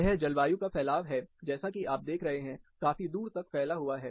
यह जलवायु का फैलाव है जैसा कि आप देख रहे हैं काफी दूर तक फैला हुआ है